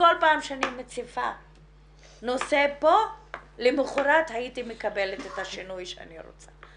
שכל פעם שאני מציפה נושא פה למחרת הייתי מקבלת את השינוי שאני רוצה,